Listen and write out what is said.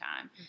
time